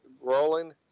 rolling